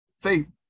faith